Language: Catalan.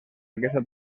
aquesta